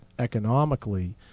economically